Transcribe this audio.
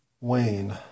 wane